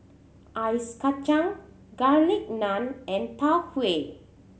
ice kacang Garlic Naan and Tau Huay